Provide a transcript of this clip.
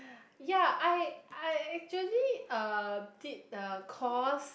ya I I actually uh did a course